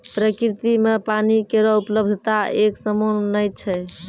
प्रकृति म पानी केरो उपलब्धता एकसमान नै छै